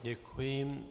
Děkuji.